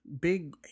big